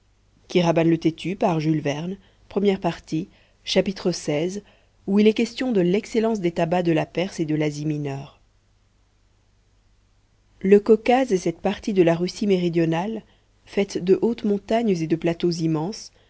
xvi ou il est question de l'excellence des tabacs de la perse et de l'asie mineure le caucase est cette partie de la russie méridionale faite de hautes montagnes et de plateaux immenses